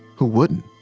who wouldn't?